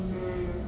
mm